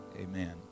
Amen